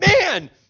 man